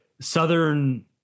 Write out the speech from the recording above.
Southern